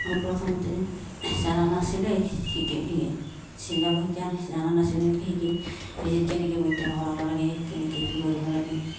মই প্ৰথমতে জনা নাছিলোঁ শিকি চিলাব জানা নাছিলোঁ এনেকৈ শিকি কেনেকৈ ভৰাব লাগে কেনেকৈ কি কৰিব লাগে